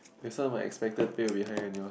this one might expected tail behind and yours